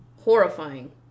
horrifying